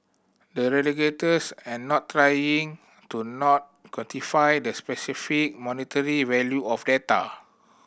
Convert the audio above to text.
the regulators are not trying to not quantify the specific monetary value of data